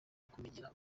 kumenyera